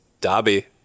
Dobby